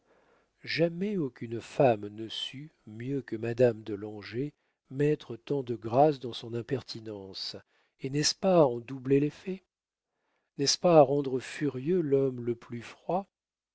jamais aucune femme ne sut mieux que madame de langeais mettre tant de grâce dans son impertinence et n'est-ce pas en doubler l'effet n'est-ce pas à rendre furieux l'homme le plus froid